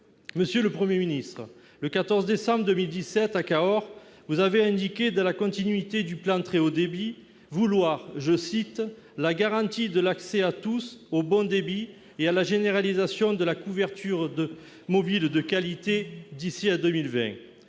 Monsieur le Premier ministre, le 14 décembre 2017, à Cahors, vous avez indiqué vouloir instaurer, dans la continuité du plan France Très haut débit, « la garantie de l'accès à tous au bon débit et la généralisation de la couverture mobile de qualité d'ici à 2020 ».